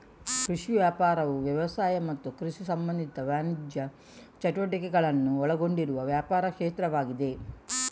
ಕೃಷಿ ವ್ಯಾಪಾರವು ವ್ಯವಸಾಯ ಮತ್ತು ಕೃಷಿ ಸಂಬಂಧಿತ ವಾಣಿಜ್ಯ ಚಟುವಟಿಕೆಗಳನ್ನ ಒಳಗೊಂಡಿರುವ ವ್ಯಾಪಾರ ಕ್ಷೇತ್ರವಾಗಿದೆ